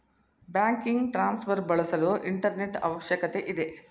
banking transfer ಬಳಸಲು internet ಅವಶ್ಯಕತೆ ಇದೆ